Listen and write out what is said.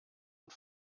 und